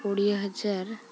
କୋଡ଼ିଏ ହଜାର